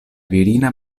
virina